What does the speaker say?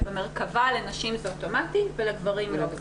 שבמרכבה לנשים זה אוטומטית ולגברים לא.